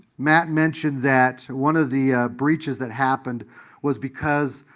matt mentioned that one of the breaches that happened was because